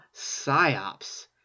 PsyOps